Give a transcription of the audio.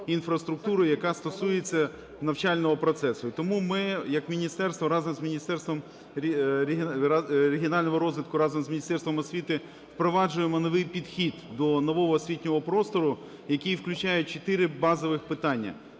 яка стосується навчального процесу. І тому ми як міністерство разом з Міністерством регіонального розвитку, разом з Міністерством освіти впроваджуємо новий підхід до нового освітнього простору, який включає 4 базових питання: